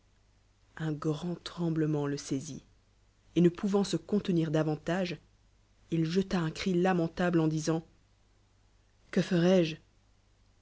un giand tremblement le saisit et ne pouvant se contenir davantage il jeta up cri lamentable en disut qme ferai